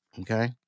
Okay